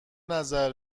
نظر